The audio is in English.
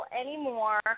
anymore